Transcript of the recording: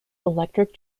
electric